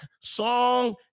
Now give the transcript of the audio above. song